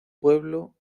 pueblo